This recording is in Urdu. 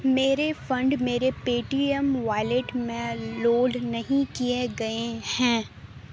میرے فنڈ میرے پے ٹی ایم والیٹ میں لوڈ نہیں کیے گئے ہیں